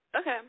Okay